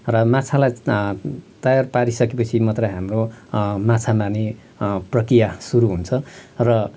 र माछालाई तयार पारिसकेपछि मात्र हाम्रो माछा मार्ने प्रक्रिया सुरु हुन्छ र